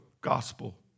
gospel